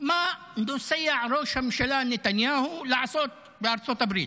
למה נוסע ראש הממשלה נתניהו לארצות הברית?